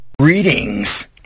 Greetings